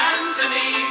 Anthony